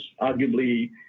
arguably